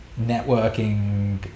networking